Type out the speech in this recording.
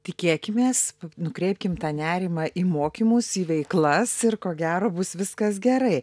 tikėkimės nukreipkim tą nerimą į mokymus į veiklas ir ko gero bus viskas gerai